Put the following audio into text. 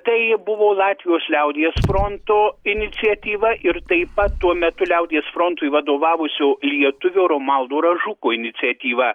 tai buvo latvijos liaudies fronto iniciatyva ir taip pat tuo metu liaudies frontui vadovavusio lietuvio romualdo ražuko iniciatyva